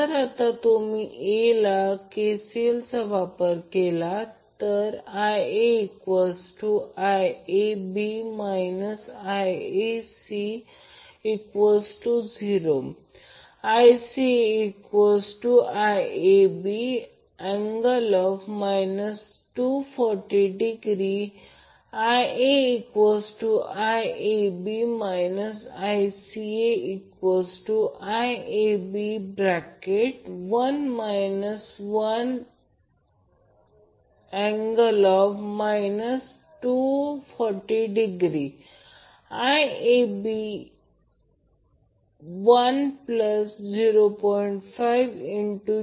जर आता तुम्ही नोड A ला KCL चा वापर केला तर IaIAB ICA0 ICAIAB∠ 240° IaIAB ICAIAB1 1∠ 240° IAB10